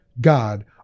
God